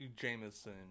Jameson